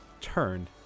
turned